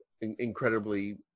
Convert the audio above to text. incredibly